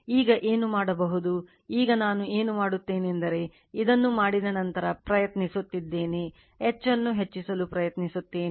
ಈಗ ಏನು ಮಾಡಬಹುದು ಈಗ ನಾನು ಏನು ಮಾಡುತ್ತೇನೆಂದರೆ ಇದನ್ನು ಮಾಡಿದ ನಂತರ ಪ್ರಯತ್ನಿಸುತ್ತಿದ್ದೇನೆ H ಅನ್ನು ಹೆಚ್ಚಿಸಲು ಪ್ರಯತ್ನಿಸುತ್ತೇನೆ